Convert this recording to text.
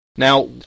Now